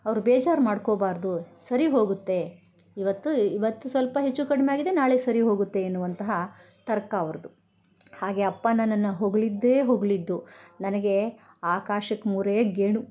ಅವರು ಬೇಜಾರ್ ಮಾಡ್ಕೋಬಾರದು ಸರಿ ಹೋಗುತ್ತೆ ಇವತ್ತು ಇವತ್ತು ಸ್ವಲ್ಪ ಹೆಚ್ಚು ಕಡಿಮೆ ಆಗಿದೆ ನಾಳೆ ಸರಿ ಹೋಗುತ್ತೆ ಎನ್ನುವಂತಹ ತರ್ಕ ಅವ್ರುದು ಹಾಗೆ ಅಪ್ಪ ನನ್ನನ್ನು ಹೊಗಳಿದ್ದೇ ಹೊಗಳಿದ್ದು ನನಗೆ ಆಕಾಶಕ್ಕೆ ಮೂರೇ ಗೇಣು